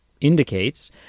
indicates